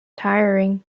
tiring